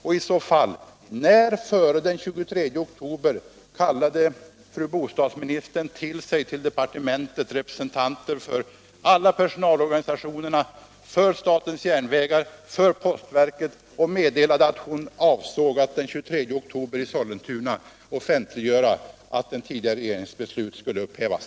Och i så fall: När före den 23 oktober kallade fru bostadsministern till sig i departementet representanter för alla personalorganisationer, för statens järnvägar och för postverket och meddelade att hon avsåg att den 23 oktober i Sollentuna offentliggöra att den tidigare regeringens beslut skulle upphävas?